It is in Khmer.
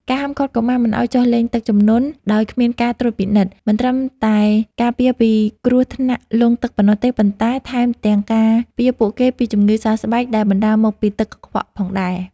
ការហាមឃាត់កុមារមិនឱ្យចុះលេងទឹកជំនន់ដោយគ្មានការត្រួតពិនិត្យ មិនត្រឹមតែការពារពីគ្រោះថ្នាក់លង់ទឹកប៉ុណ្ណោះទេ ប៉ុន្តែថែមទាំងការពារពួកគេពីជំងឺសើស្បែកដែលបណ្តាលមកពីទឹកកខ្វក់ផងដែរ។